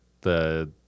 the-